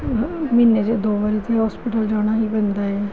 ਹਰ ਮਹੀਨੇ 'ਚ ਦੋ ਵਾਰ ਤਾਂ ਹੋਸਪਿਟਲ ਜਾਣਾ ਹੀ ਪੈਂਦਾ ਹੈ